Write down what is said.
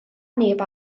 neb